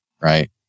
right